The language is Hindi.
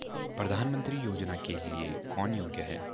प्रधानमंत्री योजना के लिए कौन योग्य है?